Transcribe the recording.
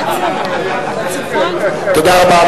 תודה רבה.